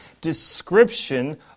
description